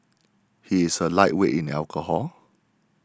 he is a lightweight in alcohol